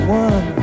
one